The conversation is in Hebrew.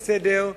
בסדר,